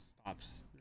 stops